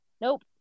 nope